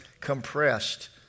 compressed